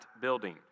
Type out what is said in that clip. building